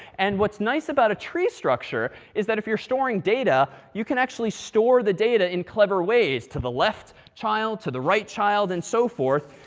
and what's nice about a tree structure is that, if you're storing data, you can actually store the data in clever ways to the left child, to the right child, and so forth,